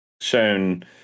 shown